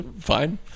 fine